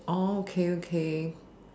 oh okay okay